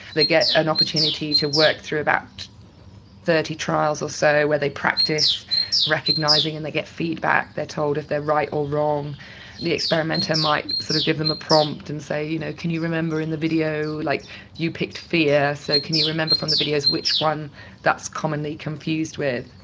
they get an opportunity to work through about thirty trials or so where they practise recognising and they get feedback they are told if they are right or wrong. and the experimenter might sort of give them a prompt and say you know, can you remember in the video, like you picked fear, so can you remember from the videos which one that's commonly confused with?